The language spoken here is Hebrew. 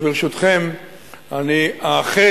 וברשותכם אני אאחד